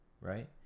right